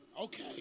okay